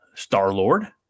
Star-Lord